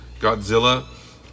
Godzilla